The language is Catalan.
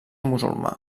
musulmà